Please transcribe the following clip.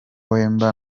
wemba